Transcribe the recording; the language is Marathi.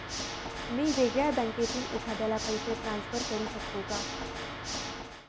मी वेगळ्या बँकेतून एखाद्याला पैसे ट्रान्सफर करू शकतो का?